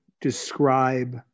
describe